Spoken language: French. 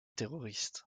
terroriste